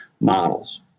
models